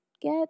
get